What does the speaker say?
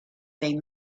they